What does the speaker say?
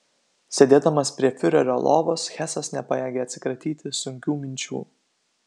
sėdėdamas prie fiurerio lovos hesas nepajėgė atsikratyti sunkių minčių